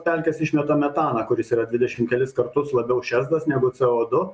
pelkės išmeta metaną kuris yra dvidešim kelis kartus labiau šezdas negu c o du